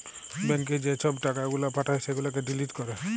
ব্যাংকে যে ছব টাকা গুলা পাঠায় সেগুলাকে ডিলিট ক্যরে